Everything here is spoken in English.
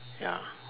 ya